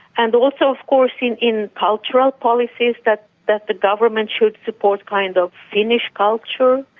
and also of course in in cultural policies, that that the government should support kind of finnish culture.